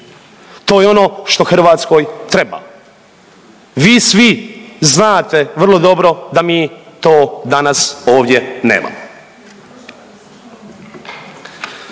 to je ono što Hrvatskoj treba. Vi svi znate vrlo dobro da mi to danas ovdje nemamo.